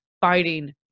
fighting